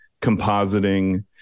compositing